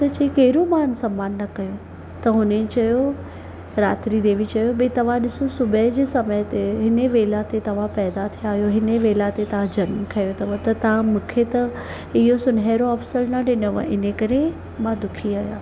त चई कहिड़ो मान सम्मान न कयो त हुन चयो रात्री देवी चयो भई तव्हां ॾिसो सुबुह जे समय ते हिन वेला ते तव्हां पैदा थिया आहियो हिन वेला ते तव्हां जनमु खंयो अथव तव्हां मूंखे त इहो सुनहरो अवसरु न ॾिनव इन जे करे मां दुखी आहियां